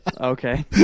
okay